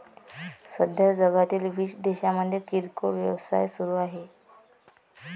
सध्या जगातील वीस देशांमध्ये किरकोळ व्यवसाय सुरू आहेत